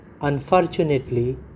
unfortunately